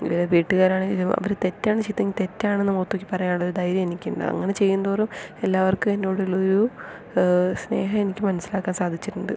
വീട്ടുകാരാണെങ്കിൽ അവര് തെറ്റാണ് ചെയ്തത് എങ്കിൽ തെറ്റാണ് എന്ന് മുഖത്ത് നോക്കി പറയാൻ ഉള്ള ധൈര്യം എനിക്ക് ഉണ്ട് അങ്ങനെ ചെയ്യും തോറും എല്ലാവർക്കും എന്നോട് ഉള്ള ഒരു സ്നേഹം എനിക്ക് മനസിലാക്കാൻ സാധിച്ചിട്ടുണ്ട്